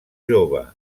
jove